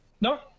No